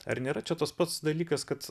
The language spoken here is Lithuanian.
ar nėra čia tas pats dalykas kad